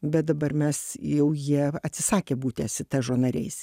bet dabar mes jau jie atsisakė būti asitažo nariais